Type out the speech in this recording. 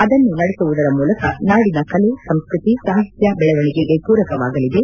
ಅದನ್ನು ನಡೆಸುವುದರ ಮೂಲಕ ನಾಡಿನ ಕಲೆ ಸಂಸ್ಕತಿ ಸಾಹಿತ್ಯ ಬೆಳವಣಿಗೆಗೆ ಪೂರಕವಾಗಲಿದೆ